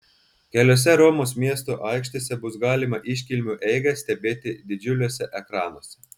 keliose romos miesto aikštėse bus galima iškilmių eigą stebėti didžiuliuose ekranuose